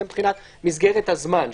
זה מבחינת מסגרת הזמן.